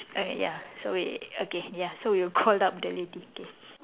err ya so we okay ya so we will call up the lady okay